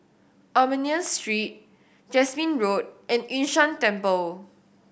Armenian Street Jasmine Road and Yun Shan Temple